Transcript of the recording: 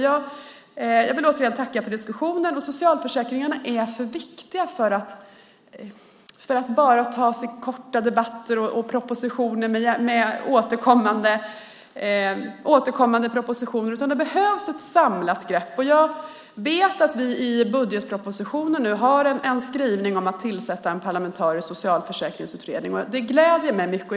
Jag vill återigen tacka för diskussionen. Socialförsäkringarna är för viktiga för att bara tas i korta debatter och i återkommande propositioner. Det behövs ett samlat grepp. Jag vet att det i budgetpropositionen nu finns en skrivning om att tillsätta en parlamentarisk socialförsäkringsutredning. Det gläder mig mycket.